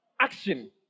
Action